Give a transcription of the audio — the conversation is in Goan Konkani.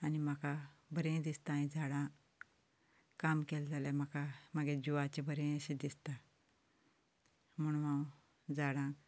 आनी म्हाका बरें दिसता हें झाडां काम केलें जाल्यार म्हाका हें जिवाचें बरें दिसता म्हणून हांव झाडां